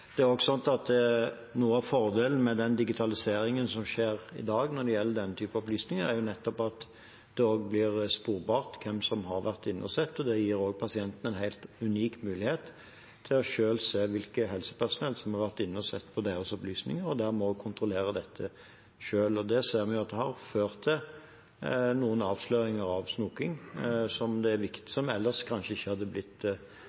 Noe av fordelen med digitaliseringen som skjer i dag når det gjelder denne typen opplysninger, er nettopp at det også blir sporbart hvem som har vært inne og sett. Det gir også pasientene en helt unik mulighet til selv å se hvilke helsepersonell som har vært inne og sett på deres opplysninger, og dermed også å kontrollere dette selv. Det ser vi at har ført til noen avsløringer av snoking, som ellers kanskje ikke hadde blitt